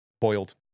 boiled